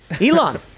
Elon